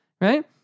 right